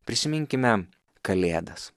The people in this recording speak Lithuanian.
prisiminkime kalėdas